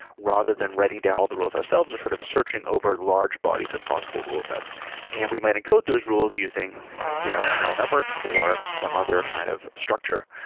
rather than writing down all the rules ourselves, we're sort of searching over large bodies of possible rule sets and we might encode those rules using you know a neural network or some other kind of structure.